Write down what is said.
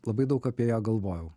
labai daug apie ją galvojau